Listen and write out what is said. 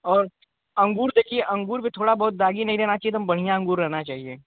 और अंगूर देखिये अंगूर भी थोड़ा बहुत दागी नहीं रहना चाहिये एकदम बढ़िया अंगूर रहना चाहिये